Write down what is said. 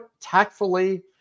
tactfully